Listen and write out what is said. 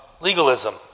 legalism